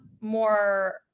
more